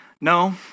No